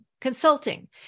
consulting